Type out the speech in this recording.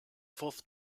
fourth